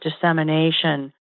dissemination